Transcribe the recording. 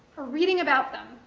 or reading about them,